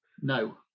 No